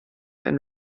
einen